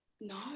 no